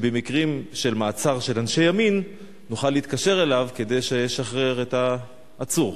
שבמקרים של מעצר של אנשי ימין נוכל להתקשר אליו כדי שישחרר את העצור?